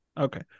Okay